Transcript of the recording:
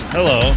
Hello